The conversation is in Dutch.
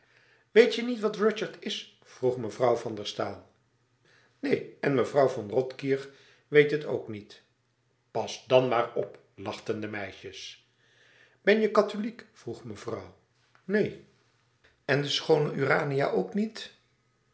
weet je niet wat rudyard is vroeg mevrouw van der staal neen en mevrouw von rothkirch weet het ook niet pas dan maar op lachten de meisjes ben je katholiek vroeg mevrouw neen en de schoone urania ook niet